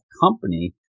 Company